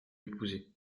épouser